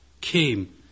came